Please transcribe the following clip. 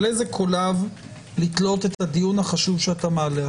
על איזה קולב לתלות את הדיון החשוב שאתה מעלה.